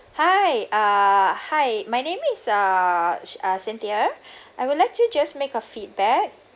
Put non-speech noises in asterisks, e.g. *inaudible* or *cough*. hi err hi my name is err cy~ uh cynthia *breath* I would like to just make a feedback